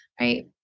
right